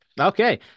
Okay